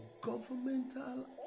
governmental